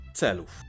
celów